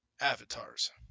avatars